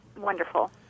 wonderful